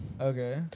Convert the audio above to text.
Okay